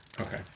Okay